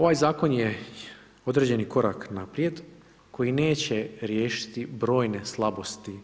Ovaj zakon je određeni korak naprijed koji neće riješiti brojne slabosti